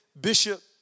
bishop